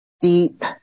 deep